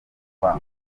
kwa